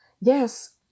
Yes